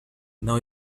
إنه